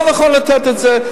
לא נכון לתת את זה,